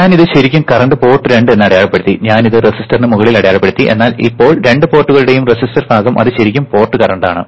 ഞാൻ ഇത് ശരിക്കും കറണ്ട് പോർട്ട് രണ്ട് എന്ന് അടയാളപ്പെടുത്തി ഞാൻ ഇത് റെസിസ്റ്ററിന് മുകളിൽ അടയാളപ്പെടുത്തി എന്നാൽ ഇപ്പോൾ രണ്ട് പോർട്ടുകളുടെയും റെസിസ്റ്റർ ഭാഗം അത് ശരിക്കും പോർട്ട് കറന്റാണ്